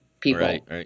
people